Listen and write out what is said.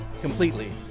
completely